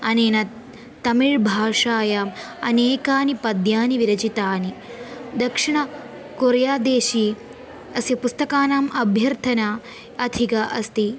अनेन तमिळ् भाषायाम् अनेकानि पद्यानि विरचितानि दक्षिणकोरियादेशे अस्य पुस्तकानाम् अभ्यर्थना अधिका अस्ति